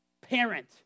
Parent